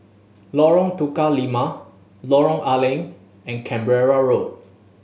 Lorong Tukang Lima Lorong A Leng and Canberra Road